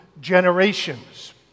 generations